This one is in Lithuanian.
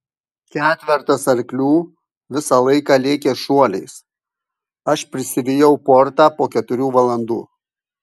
ketvertas arklių visą laiką lėkė šuoliais aš prisivijau portą po keturių valandų